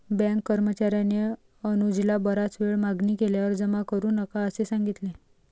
bank कर्मचार्याने अनुजला बराच वेळ मागणी केल्यावर जमा करू नका असे सांगितले